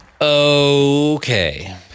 Okay